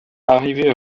arrivé